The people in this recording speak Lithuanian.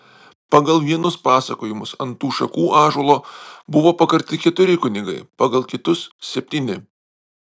pagal vienus pasakojimus ant tų šakų ąžuolo buvo pakarti keturi kunigai pagal kitus septyni